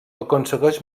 aconsegueix